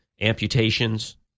amputations